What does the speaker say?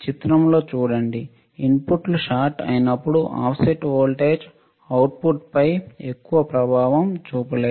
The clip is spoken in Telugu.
చిత్రంలో చూడండి ఇన్పుట్లు షార్ట్ అయినప్పుడు ఆఫ్సెట్ వోల్టేజ్ అవుట్పుట్పై ఎక్కువ ప్రభావం చూపలేదు